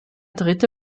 dritte